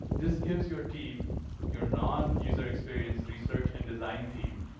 this gives your team your nonuser experience research and design team,